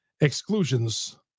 Exclusions